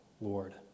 Lord